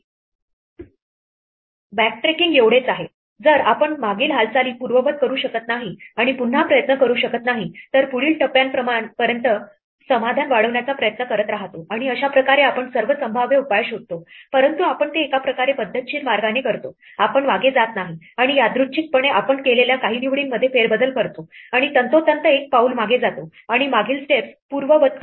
backtracking एवढेच आहे जर आपण मागील हालचाली पूर्ववत करू शकत नाही आणि पुन्हा प्रयत्न करू शकत नाही तर पुढील टप्प्यापर्यंत समाधान वाढवण्याचा प्रयत्न करत राहतो आणि अशा प्रकारे आपण सर्व संभाव्य उपाय शोधतो परंतु आपण ते एका प्रकारे पद्धतशीर मार्गाने करतो आपण मागे जात नाही आणि यादृच्छिकपणे आपण केलेल्या काही निवडींमध्ये फेरबदल करतो आणि तंतोतंत एक पाऊल मागे जातो आणि मागील स्टेप्स पूर्ववत करतो